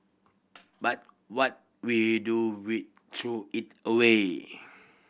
but what we do we throw it away